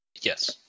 Yes